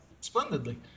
splendidly